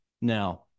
now